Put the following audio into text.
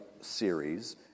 series